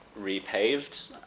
repaved